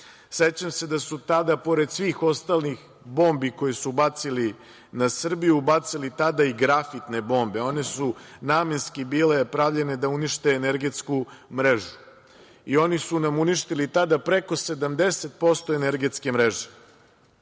Sećam se da su tada, pored svih ostalih bombi koje su bacili na Srbiju, bacili tada i grafitne bombe. One su namenski bile pravljene da unište energetsku mrežu. Oni su nam uništili tada preko 70% energetske mreže.